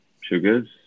sugars